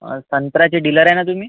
संत्र्याचे डीलर आहात ना तुम्ही